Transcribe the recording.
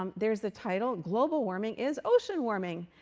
um there's the title, global warming is ocean warming.